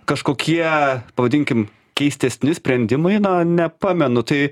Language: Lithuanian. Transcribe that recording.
kažkokie pavadinkim keistesni sprendimai na nepamenu tai